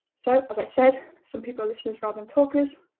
so as i said, some people are listeners rather than talkers.